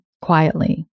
quietly